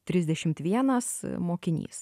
trisdešimt vienas mokinys